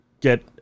get